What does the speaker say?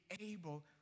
able